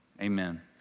amen